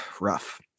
Rough